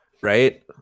right